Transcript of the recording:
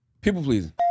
People-pleasing